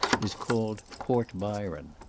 is called port byron.